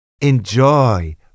Enjoy